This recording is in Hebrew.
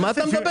על מה אתה מדבר?